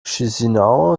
chișinău